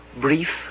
brief